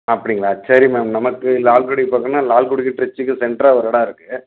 அப்படிங்களா சரி மேம் நமக்கு லால்குடி பக்கம்னால் லால்குடிக்கும் திருச்சிக்கும் செண்ட்ராக ஒரு இடம் இருக்குது